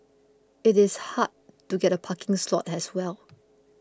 it is hard to get a parking slot as well